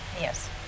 yes